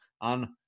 on